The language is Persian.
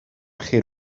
خیر